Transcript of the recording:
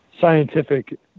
scientific